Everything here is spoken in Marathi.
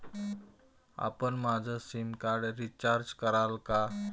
आपण माझं सिमकार्ड रिचार्ज कराल का?